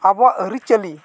ᱟᱵᱚᱣᱟᱜ ᱟᱹᱨᱤᱪᱟᱹᱞᱤ